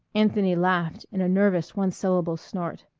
anthony laughed in a nervous one-syllable snort.